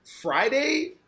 Friday